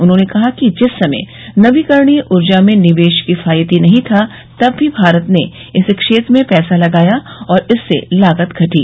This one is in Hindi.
उन्होंने कहा कि जिस समय नवीकरणीय ऊर्जा में निवेश किफायती नहीं था तब भी भारत ने इस क्षेत्र में पैसा लगाया और इससे लागत घटी